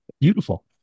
Beautiful